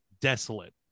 desolate